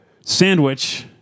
Sandwich